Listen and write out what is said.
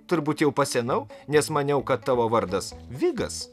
turbūt jau pasenau nes maniau kad tavo vardas vigas